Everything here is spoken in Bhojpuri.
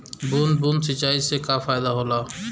बूंद बूंद सिंचाई से का फायदा होला?